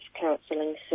counselling